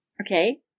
Okay